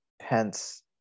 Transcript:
pence